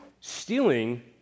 Stealing